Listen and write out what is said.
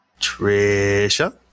Trisha